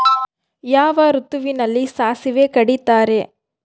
ಯಾವ ಋತುವಿನಲ್ಲಿ ಸಾಸಿವೆ ಕಡಿತಾರೆ?